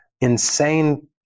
insane